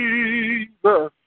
Jesus